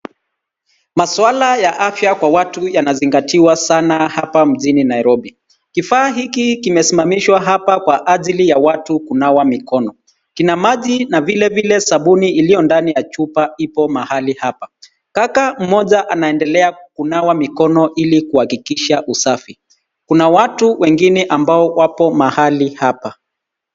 Maswala ya afya kwa watu yanazingatiwa sana hapa mjini nairobi. Kifaa hiki kimesimamishwa hapa kwa ajili ya watu kunawa mikono. Kina maji na vile vile sabuni iliyo ndani ya chupa ipo mahali hapa. Kaka mmoja anaendelea kunawa mikono ili kuakikisha usafi. Kuna watu wengine ambao wapo mahali hapa.